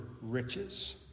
riches